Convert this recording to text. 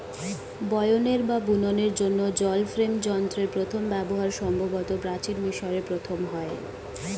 বয়নের বা বুননের জন্য জল ফ্রেম যন্ত্রের প্রথম ব্যবহার সম্ভবত প্রাচীন মিশরে প্রথম হয়